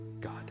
God